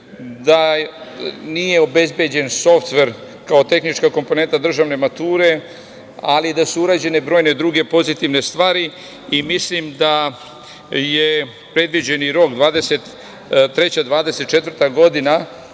da nije obezbeđen softver kao tehnička komponenta državne mature, ali da su urađene brojne druge pozitivne stvari. Mislim da je predviđeni rok 2023/2024. godina